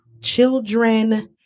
children